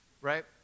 right